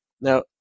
Now